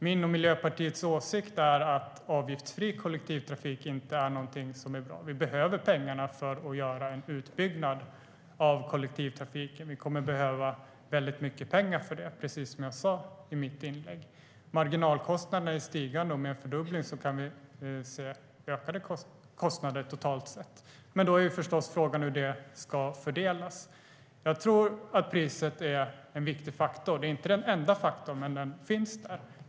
Min och Miljöpartiets åsikt är att avgiftsfri kollektivtrafik inte är någonting som är bra. Vi behöver pengarna för att göra en utbyggnad av kollektivtrafiken. Vi kommer att behöva väldigt mycket pengar till det, precis som jag sa i mitt inlägg. Marginalkostnaderna är stigande. Med en fördubbling kan vi se ökade kostnader, totalt sett. Men då är förstås frågan hur det ska fördelas. Jag tror att priset är en viktig faktor. Det är inte den enda faktorn, men den finns där.